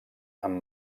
amb